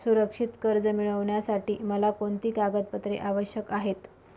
सुरक्षित कर्ज मिळविण्यासाठी मला कोणती कागदपत्रे आवश्यक आहेत